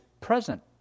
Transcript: present